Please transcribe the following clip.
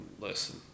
listen